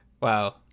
Wow